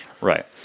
right